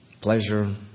Pleasure